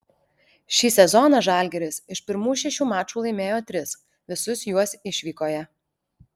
šį sezoną žalgiris iš pirmų šešių mačų laimėjo tris visus juos išvykoje